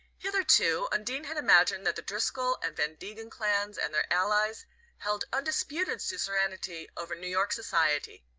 hitherto undine had imagined that the driscoll and van degen clans and their allies held undisputed suzerainty over new york society.